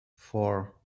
four